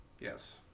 Yes